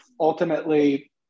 ultimately